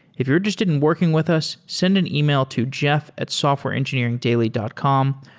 if you're interested in working with us, send an email to jeff at softwareengineeringdaily dot com.